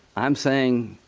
i'm saying,